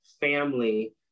family